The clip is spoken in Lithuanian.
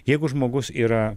jeigu žmogus yra